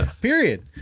period